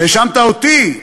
האשמת אותי,